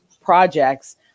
projects